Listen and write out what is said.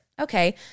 Okay